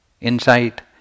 Insight